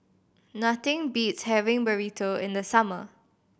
nothing beats having Burrito in the summer